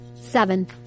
Seven